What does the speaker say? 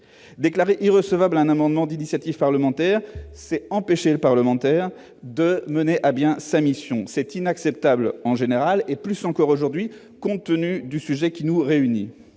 Déclarer irrecevable un amendement d'initiative parlementaire, c'est empêcher le parlementaire de mener à bien sa mission. C'est inacceptable en général, et plus encore aujourd'hui, compte tenu du sujet qui nous réunit.